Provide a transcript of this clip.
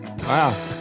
Wow